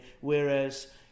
whereas